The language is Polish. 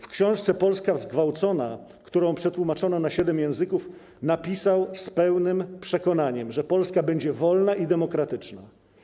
W książce 'Polska zgwałcona', którą przetłumaczono na 7 języków, napisał z pełnym przekonaniem, że Polska będzie wolna i demokratyczna.